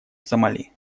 сомали